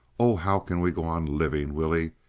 oh! how can we go on living, willie?